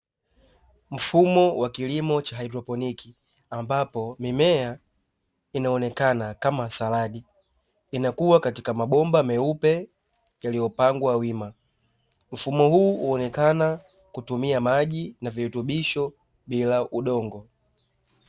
Mfumo wa kilimo cha hairdroponiki ambapo mimea inaonekana, kama saladi, inakua katika mabomba meupe yaliyopangwa wima, mfumo huu huonekana kutumia maji na virutubisho bila udongo.